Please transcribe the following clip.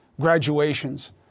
graduations